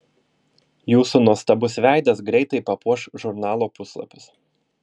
jūsų nuostabus veidas greitai papuoš žurnalo puslapius